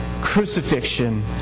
crucifixion